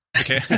Okay